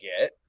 get